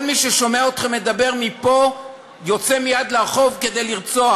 כל מי ששומע אתכם מדבר מפה יוצא מייד לרחוב כדי לרצוח.